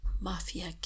mafia